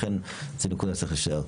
לכן זו נקודה שצריך להישאר.